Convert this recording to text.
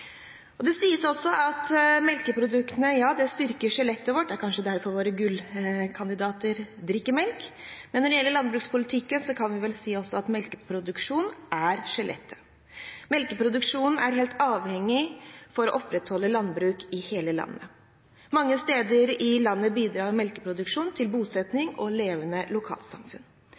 melk. Det sies at melkeproduktene styrker skjelettet vårt – det er kanskje derfor våre gullkandidater drikker melk – men når det gjelder landbrukspolitikken, kan vi vel også si at melkeproduksjonen er skjelettet. Melkeproduksjonen er helt avgjørende for å opprettholde landbruk i hele landet. Mange steder i landet bidrar melkeproduksjon til